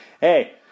Hey